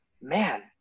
man